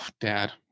dad